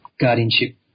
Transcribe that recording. guardianship